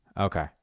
Okay